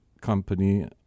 company